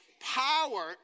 power